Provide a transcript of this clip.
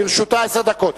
לרשותה עשר דקות.